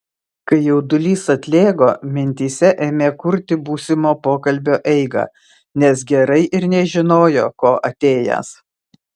kai jaudulys atlėgo mintyse ėmė kurti būsimo pokalbio eigą nes gerai ir nežinojo ko atėjęs